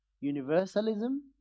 universalism